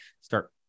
start